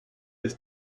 ist